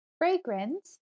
fragrance